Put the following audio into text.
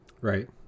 right